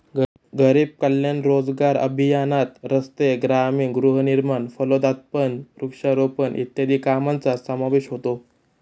गरीब कल्याण रोजगार अभियानात रस्ते, ग्रामीण गृहनिर्माण, फलोत्पादन, वृक्षारोपण इत्यादी कामांचा समावेश होतो